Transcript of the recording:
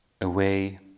away